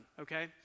okay